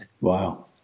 Wow